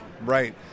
Right